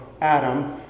Adam